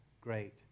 great